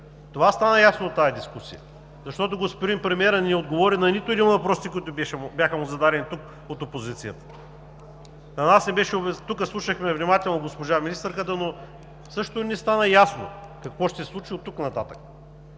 Това стана ясно от тази дискусия. Господин премиерът не отговори на нито един от въпросите, които му бяха зададени тук от опозицията. Тук слушахме внимателно госпожа министърката, но също не стана ясно какво ще се случи оттук нататък,